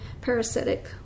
parasitic